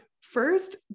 first